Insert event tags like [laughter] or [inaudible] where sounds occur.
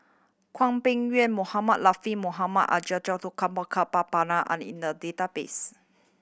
Hwang Peng Yuan Mohamed Latiff Mohamed [unintelligible] are in the database